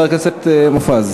בבקשה, חבר הכנסת מופז.